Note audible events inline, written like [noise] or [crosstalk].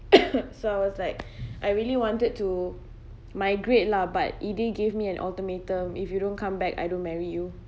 [coughs] so I was like I really wanted to migrate lah but eday gave me an ultimatum if you don't come back I don't marry you